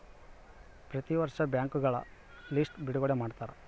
ಪ್ರತಿ ವರ್ಷ ಬ್ಯಾಂಕ್ಗಳ ಲಿಸ್ಟ್ ಬಿಡುಗಡೆ ಮಾಡ್ತಾರ